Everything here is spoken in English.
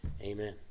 Amen